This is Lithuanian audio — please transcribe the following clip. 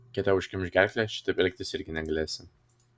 kai tau užkimš gerklę šitaip elgtis irgi negalėsi